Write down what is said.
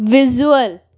visual